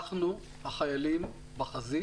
אנחנו החיילים בחזית,